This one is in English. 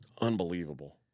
Unbelievable